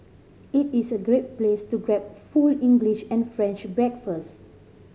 it is a great place to grab full English and French breakfast